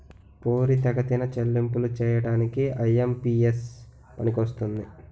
పోరితెగతిన చెల్లింపులు చేయడానికి ఐ.ఎం.పి.ఎస్ పనికొస్తుంది